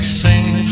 sing